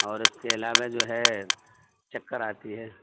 اور اس کے علاوہ جو ہے چکر آتی ہے